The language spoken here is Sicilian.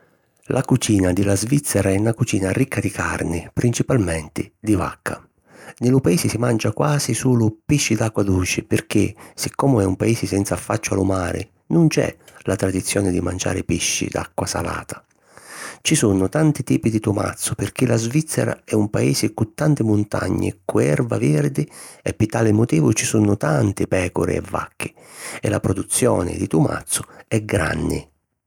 La cucina di la Svizzera è na cucina ricca di carni, principalmenti di vacca. Nni lu paisi si mancia quasi sulu pisci d'acqua duci pirchì, siccomu è un paisi senza affacciu a lu mari, nun c’è la tradizioni di manciari pisci d'acqua salata. Ci sunnu tanti tipi di tumazzu pirchì la Svizzera è un paisi cu tanti muntagni cu erva virdi e pi tali motivu ci sunnu tanti pècuri e vacchi e la produzioni di tumazzu è granni.